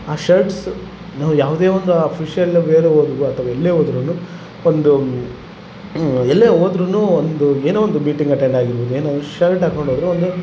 ಆ ಶರ್ಟ್ಸ್ ನಾವು ಯಾವುದೇ ಒಂದು ಅಫೀಶಲ್ ಬೇರೆ ಹೋದ್ರುನು ಅಥವಾ ಎಲ್ಲೇ ಹೋದ್ರು ಒಂದು ಎಲ್ಲೇ ಹೋದ್ರುನು ಒಂದು ಏನೋ ಒಂದು ಮೀಟಿಂಗ್ ಅಟೆಂಡ್ ಆಗಿರ್ಬೋದು ಏನು ಶರ್ಟ್ ಹಾಕೊಂಡು ಹೋದ್ರೆ ಒಂದು